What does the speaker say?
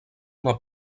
una